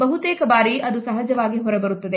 ಬಹುತೇಕ ಬಾರಿ ಅದು ಸಹಜವಾಗಿ ಹೊರಬರುತ್ತದೆ